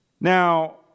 Now